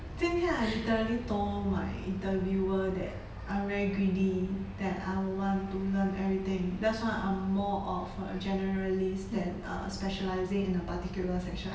今天 I literally told my interviewer that I'm very greedy that I will want to learn everything that's why I'm more of a generalist than err specialising in a particular section